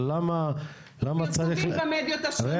אבל למה צריך --- פרסומים במדיות השונות.